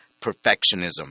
perfectionism